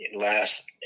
last